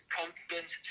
confidence